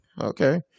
Okay